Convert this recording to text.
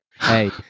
Hey